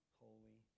holy